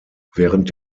während